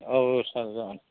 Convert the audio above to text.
औ औ सार जागोन